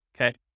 okay